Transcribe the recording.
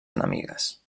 enemigues